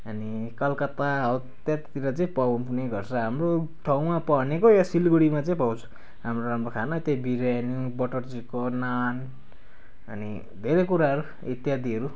अनि कलकत्ता हो त्यतातिर चाहिँ पाउने गर्छ हाम्रो ठाउँमा भनेको यहाँ सिलगडीमा चाहिँ पाउँछ राम्रो राम्रो खाना त्यही बिरयानी बटर चिकन नान अनि धेरै कुराहरू इत्यादिहरू